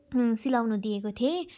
सिलाउनु दिएँको थिएँ